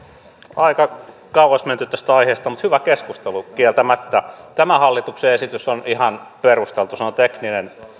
aika kauas on menty tästä aiheesta mutta hyvä keskustelu kieltämättä tämä hallituksen esitys on ihan perusteltu se on tekninen